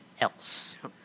else